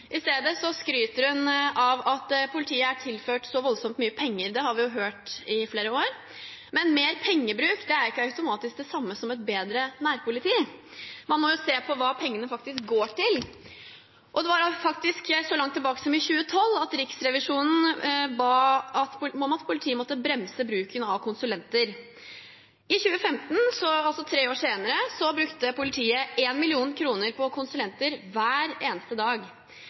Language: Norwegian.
I stedet skryter hun av at politiet er tilført så voldsomt mye penger. Det har vi hørt i flere år. Men mer pengebruk er ikke automatisk det samme som et bedre nærpoliti. Man må jo se på hva pengene faktisk går til. Så langt tilbake som i 2012 ba Riksrevisjonen om at politiet måtte bremse bruken av konsulenter. I 2015, altså tre år senere, brukte politiet 1 mill. kr på konsulenter hver eneste dag.